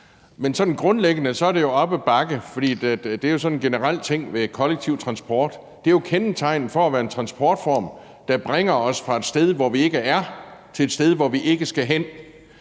Men sådan grundlæggende er det jo op ad bakke, for det er sådan en generel ting ved kollektiv transport, at det er kendetegnet ved at være en transportform, der bringer os fra et sted, hvor vi ikke er, til et sted, hvor vi ikke skal hen,